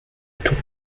tour